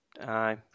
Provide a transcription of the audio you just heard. Aye